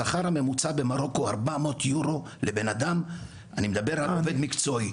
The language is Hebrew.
השכר הממוצע במרוקו 400 יורו לבן אדם לעובד מקצועי,